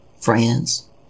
friends